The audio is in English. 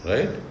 Right